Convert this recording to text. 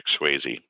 Swayze